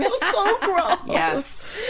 Yes